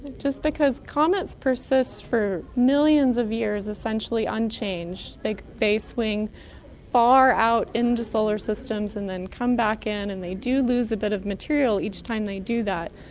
just because comets persist for millions of years essentially unchanged. they they swing far out into solar systems and then come back in, and they do lose a bit of material each time they do that,